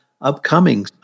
upcoming